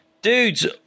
Dudes